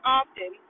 often